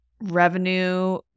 revenue